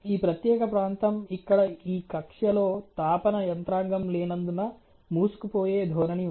ఈ ప్రత్యేక ప్రాంతం ఇక్కడ ఈ కక్ష్యలో తాపన యంత్రాంగం లేనందున మూసుకుపోయే ధోరణి ఉంది